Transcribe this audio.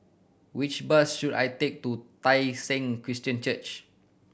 which bus should I take to Tai Seng Christian Church